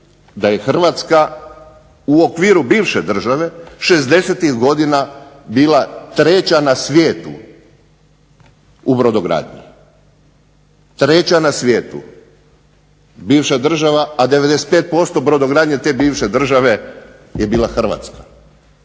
da je Hrvatska u okviru bivše države 60-tih godina bila treća na svijetu u brodogradnji, 3 na svijetu bivša država, a 95% brodogradnje te bivše države je bila Hrvatska.